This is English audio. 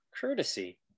courtesy